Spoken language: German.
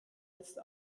jetzt